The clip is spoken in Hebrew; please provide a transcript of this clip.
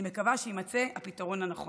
אני מקווה שיימצא הפתרון הנכון.